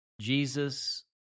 Jesus